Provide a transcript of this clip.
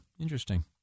Interesting